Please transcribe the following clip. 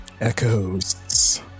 echoes